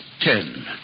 Ten